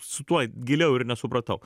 su tuo giliau ir nesupratau